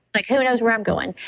like who knows where i'm going.